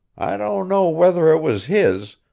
i don't know whether it was his,